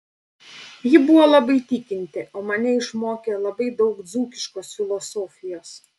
ji buvo labai tikinti o mane išmokė labai daug dzūkiškos filosofijos